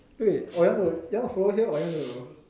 wait or you want to you want to follow here or you want to